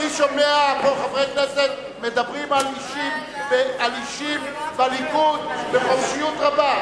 אני שומע פה חברי כנסת מדברים על אישים בליכוד בחופשיות רבה.